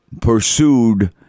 pursued